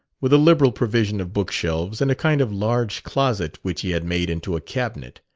with a liberal provision of bookshelves, and a kind of large closet which he had made into a cabinet.